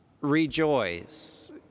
rejoice